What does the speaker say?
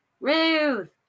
Ruth